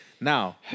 Now